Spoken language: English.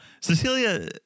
Cecilia